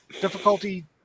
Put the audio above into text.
Difficulty